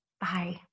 Bye